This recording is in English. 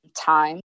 Time